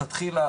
מלכתחילה,